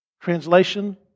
translation